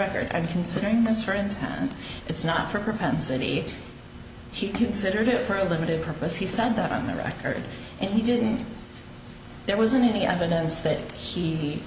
record and considering this friend it's not for propensity he considered it for a limited purpose he said that on the record and he didn't there wasn't any evidence that he